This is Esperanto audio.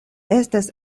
estas